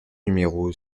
numéro